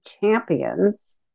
champions